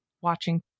watching